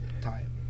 time